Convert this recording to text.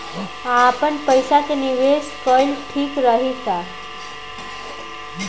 आपनपईसा के निवेस कईल ठीक रही का?